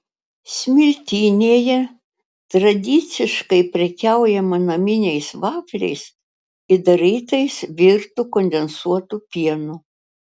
smiltynėje tradiciškai prekiaujama naminiais vafliais įdarytais virtu kondensuotu pienu